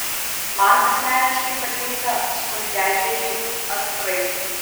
man asmeniškai patinka smulkiažiedžiai astrai